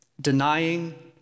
denying